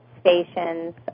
stations